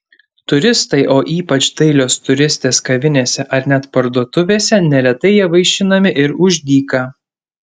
turistai o ypač dailios turistės kavinėse ar net parduotuvėse neretai ja vaišinami ir už dyką